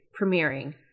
premiering